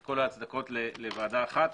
כל ההצדקות לוועדה אחת,